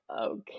okay